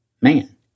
man